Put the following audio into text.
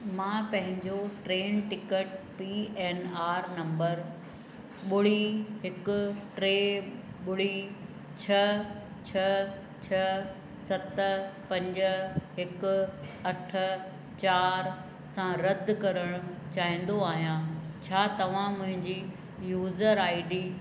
मां पंहिंजो train ticket P N R number ॿुड़ी हिकु टे ॿुड़ी छह छह छह सत पंज हिकु अठ चारि सां रद्दि करण चाहिंदो आहियां छा तव्हां मुंहिंजी यूजर आई डी